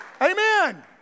Amen